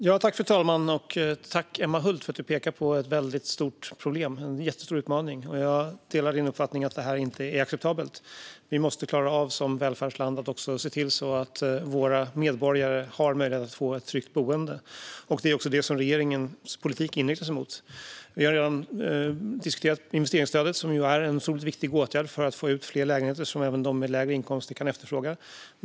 Fru talman! Tack Emma Hult för att du pekar på ett stort problem och en stor utmaning. Jag delar din uppfattning att detta inte är acceptabelt. Som välfärdsland måste vi se till att våra medborgare får möjlighet till ett tryggt boende, och regeringens politik inriktar sig också på det. Investeringsstödet är en viktig åtgärd för att få ut fler lägenheter som även de med lägre inkomster kan efterfråga.